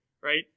right